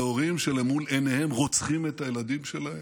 והורים שמול עיניהם רוצחים את הילדים שלהם,